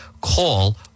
call